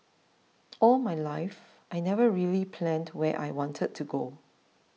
all my life I never really planned where I wanted to go